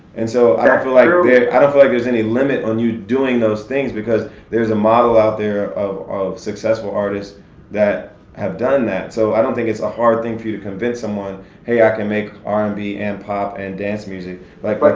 and so, i don't feel like there i don't feel like there's any limit on you doing those things, because there's a model out there of of successful artists that have done that. so i don't think it's a hard thing for you to convince someone hey, i can make r and amp b and pop and dance music. like like